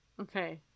Okay